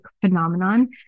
phenomenon